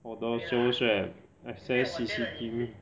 我当 sales rep access C_C_T_V